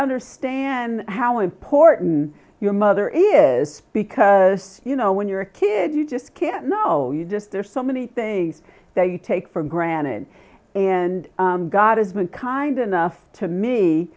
understand how important your mother is because you know when you're a kid you just can't know you just there's so many things that you take for granted and god has been kind enough to me